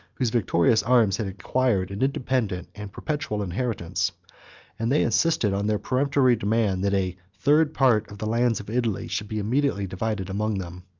whose victorious arms had acquired an independent and perpetual inheritance and they insisted on their peremptory demand, that a third part of the lands of italy should be immediately divided among them.